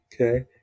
Okay